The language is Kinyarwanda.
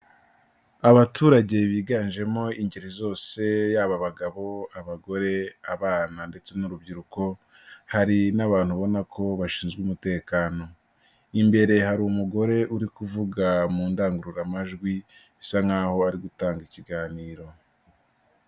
Abaturage biganjemo ingeri zose, y'aba abagabo, abagore, abana ndetse n'urubyiruko, hari n'abantu ubona ko bashinzwe umutekano, imbere hari umugore uri kuvuga mu ndangururamajwi, bisa nk'aho ari gutanga ikiganiro.